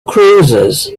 cruisers